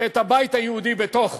הבית היהודי בתוך